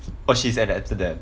oh she's at the amsterdam